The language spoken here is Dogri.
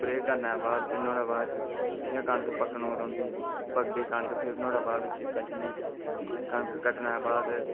स्प्रै करने दे बाद नोहाड़े बाद जिसलै कनक पक्कने उप्पर औंदी पकदी कनक फ्ही नोहाड़े बाद उस्सी कट्टने कनक कट्टने दे बाद